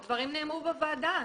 הדברים נאמרו בוועדה.